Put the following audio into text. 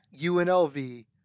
UNLV